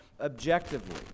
objectively